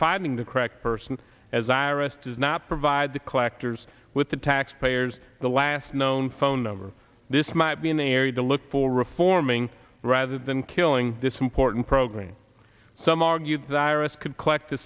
finding the correct person as iris does not provide the collectors with the taxpayers the last known phone number this might be an area to look for reforming rather than killing this important program some argue that iris could collect the